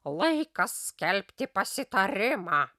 laikas skelbti pasitarimą